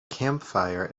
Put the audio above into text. campfire